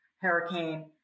hurricane